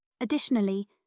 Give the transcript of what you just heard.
Additionally